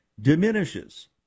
diminishes